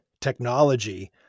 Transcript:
technology